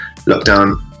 lockdown